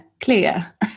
clear